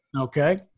Okay